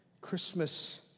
Christmas